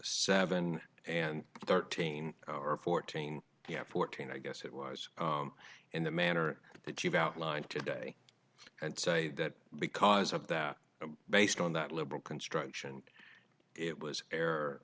seven and thirteen or fourteen fourteen i guess it was in the manner that you've outlined today and say that because of that based on that liberal construction it was